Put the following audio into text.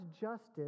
justice